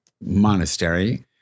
monastery